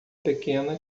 pequena